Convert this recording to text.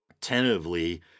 tentatively